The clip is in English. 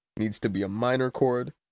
bneeds to be a minor chord.